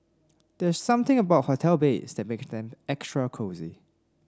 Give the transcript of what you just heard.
there's something about hotel beds that make them extra cosy